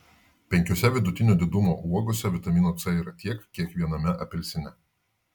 penkiose vidutinio didumo uogose vitamino c yra tiek kiek viename apelsine